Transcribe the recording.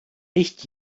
nicht